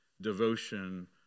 devotion